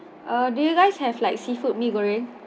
ah do you guys have like seafood mee goreng